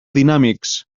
dinàmics